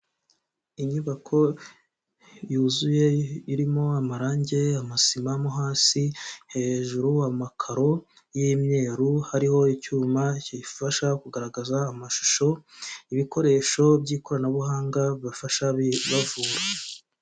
Inyubako yuzuye irimo amarangi, amasima mo hasi, hejuru amakaro y'imyeru hariho icyuma kifasha kugaragaza amashusho ibikoresho by'ikoranabuhanga bafasha bavura.